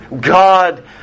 God